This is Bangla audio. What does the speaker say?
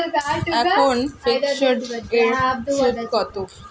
এখন ফিকসড এর সুদ কত?